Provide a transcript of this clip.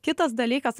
kitas dalykas